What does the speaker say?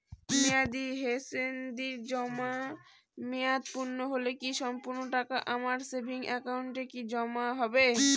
মেয়াদী মেহেদির জমা মেয়াদ পূর্ণ হলে কি সম্পূর্ণ টাকা আমার সেভিংস একাউন্টে কি জমা হবে?